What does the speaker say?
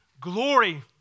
glory